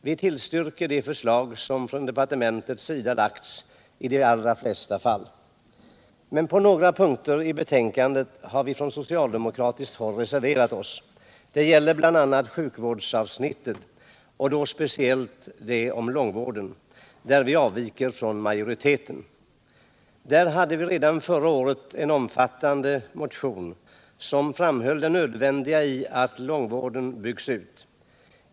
Vi tillstyrker i de allra flesta fall de förslag som departementet lagt fram. Men på några punkter i betänkandet har vi från socialdemokratiskt håll reserverat oss. Bl. a. gäller detta sjukvårdsavsnittet och då speciellt långtidsvården där vi avviker från majoriteten. Redan förra året hade vi en omfattande motion, där vi framhöll nödvändigheten av att bygga ut långtidsvården.